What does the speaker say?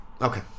Okay